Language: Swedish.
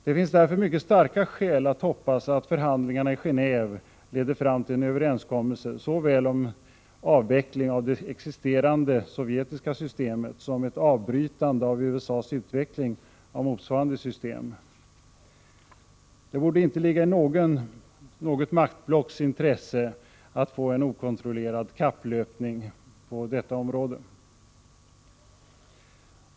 Det finns därför mycket starka skäl att hoppas att förhandlingarna i Genéve leder till en överenskommelse om såväl avveckling av det existerande sovjetiska systemet som ett avbrytande av USA:s utveckling av motsvarande system. Det borde inte ligga i något maktblocks intresse att få en okontrollerad kapplöpning på detta område.